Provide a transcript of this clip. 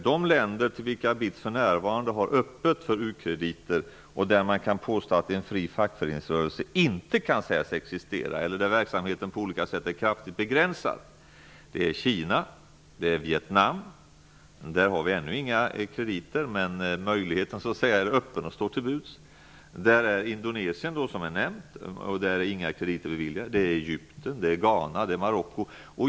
De länder för vilka vi för närvarande har öppet för u-krediter och där man kan påstå att en fri fackföreningsrörelse inte existerar, eller där verksamheten på olika sätt är kraftigt begränsad, är Kina, Vietnam -- där vi ännu inte har några krediter, men där möjligheten står till buds --, Indonesien, Egypten, Ghana och Marocko.